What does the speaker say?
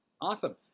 Awesome